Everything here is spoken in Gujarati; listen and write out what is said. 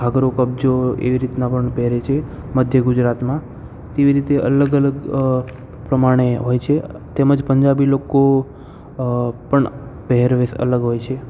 ઘાઘરો કબજો એવી રીતના પણ પહેરે છે મધ્ય ગુજરાતમાં તેવી રીતે અલગ અલગ પ્રમાણે હોય છે તેમજ પંજાબી લોકો પણ પહેરવેશ અલગ હોય છે